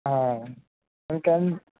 ఇంకేం